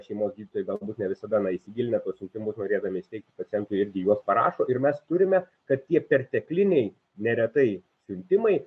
šeimos gydytojai galbūt ne visada na įsigilinę tuos siuntimus norėdami įsiteikti pacientui irgi juos parašo ir mes turime kad tie pertekliniai neretai siuntimai